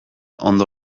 ondo